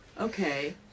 Okay